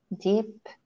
deep